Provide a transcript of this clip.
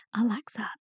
Alexa